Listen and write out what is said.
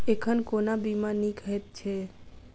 एखन कोना बीमा नीक हएत छै?